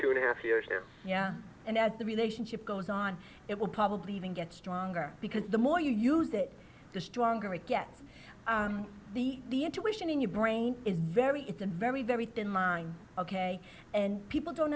two and a half years and as the relationship goes on it will probably even get stronger because the more you use it the stronger it gets the the intuition in your brain is very it's a very very thin line ok and people don't